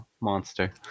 monster